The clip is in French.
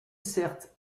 certes